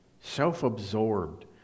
self-absorbed